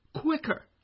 quicker